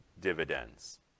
dividends